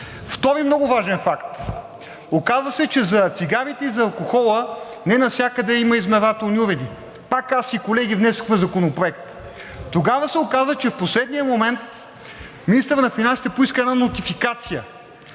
Втори много важен факт. Оказа се, че за цигарите и за алкохола не навсякъде има измервателни уреди. Пак аз и колеги внесохме законопроект. Тогава се оказа, че в последния момент министърът на финансите поиска една нотификация,